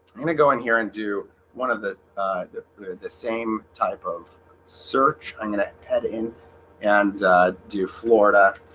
i'm gonna go in here and do one of the the same type of search i'm gonna head in and do florida